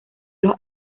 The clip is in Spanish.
los